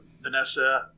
Vanessa